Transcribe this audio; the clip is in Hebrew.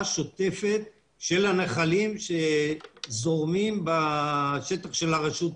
שוטפת של הנחלים שזורמים בשטח של הרשות שלנו.